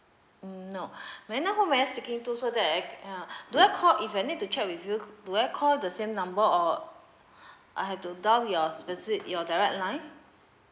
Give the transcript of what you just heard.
mm no may I know whom am I speaking to so that uh do I call if I need to check with you do I call the same number or I have to dial your specific your direct line